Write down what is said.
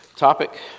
topic